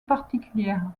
particulière